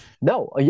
no